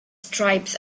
stripes